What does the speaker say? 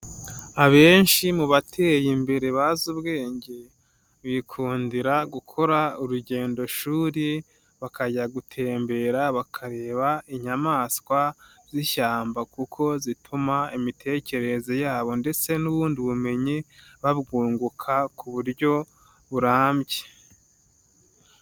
Abenshi mu bateye imbere bazi ubwenge, bikundira gukora urugendo shuri bakajya gutembera, bakareba inyamaswa z'ishyamba kuko zituma imitekerereze yabo ndetse n'ubundi bumenyi babwunguka ku buryo burambye.